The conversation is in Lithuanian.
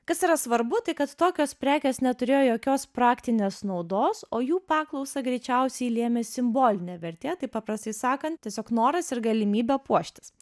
kas yra svarbu tai kad tokios prekės neturėjo jokios praktinės naudos o jų paklausą greičiausiai lėmė simbolinė vertė tai paprastai sakant tiesiog noras ir galimybė puoštis